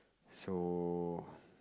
so